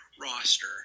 roster